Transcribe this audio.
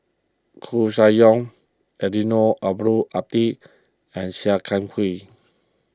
Koeh Sia Yong Eddino Abdul Hadi and Sia Kah Hui